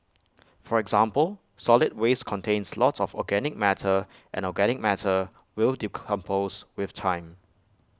for example solid waste contains lots of organic matter and organic matter will decompose with time